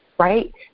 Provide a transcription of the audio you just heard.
right